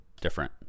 different